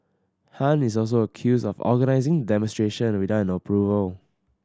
Han is also accused of organising demonstration without an approval